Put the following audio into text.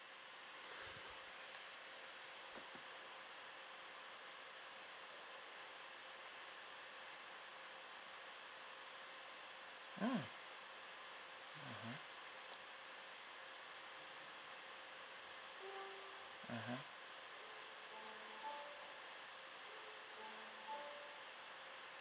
mm mmhmm